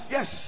Yes